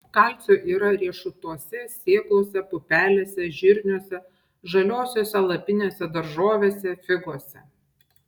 kalcio yra riešutuose sėklose pupelėse žirniuose žaliosiose lapinėse daržovėse figose